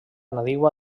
nadiua